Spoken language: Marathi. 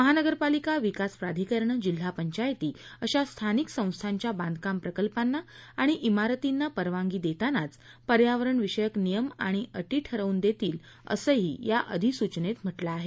महापालिका विकास प्राधिकरणं जिल्हा पंचायती अशा स्थानिक संस्थाच्या बांधकाम प्रकल्पांना आणि इमारतींना परवानगी देतानाच पर्यावरणविषयक नियम आणि अटी ठरवून देतील असंही या अधिसूचनेत म्हटलं आहे